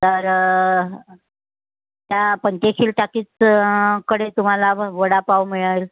तर त्या पंचशील टाकीजचंकडे तुम्हाला वडापाव मिळंल